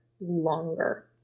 longer